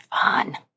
fun